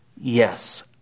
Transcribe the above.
Yes